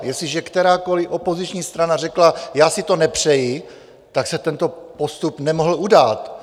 Jestliže kterákoli opoziční strana řekla: Já si to nepřeji, tak se tento postup nemohl udát.